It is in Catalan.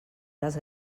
les